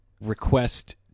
request